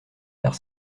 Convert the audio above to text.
faire